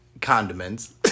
condiments